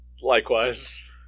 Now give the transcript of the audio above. Likewise